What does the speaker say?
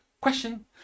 question